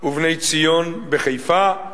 ו"בני-ציון" בחיפה.